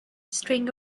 string